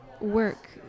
work